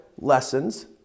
lessons